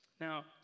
now